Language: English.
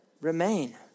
remain